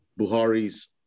Buhari's